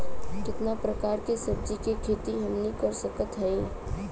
कितना प्रकार के सब्जी के खेती हमनी कर सकत हई?